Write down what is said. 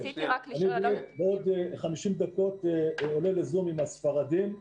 בעוד 50 דקות אני עולה ל-זום עם הספרדים.